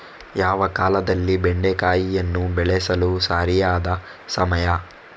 ಯಾವ ಕಾಲದಲ್ಲಿ ಬೆಂಡೆಕಾಯಿಯನ್ನು ಬೆಳೆಸಲು ಸರಿಯಾದ ಸಮಯ?